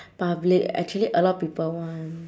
public actually a lot people want